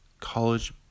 college